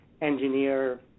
engineer